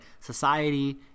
society